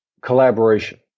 collaboration